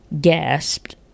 gasped